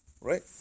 right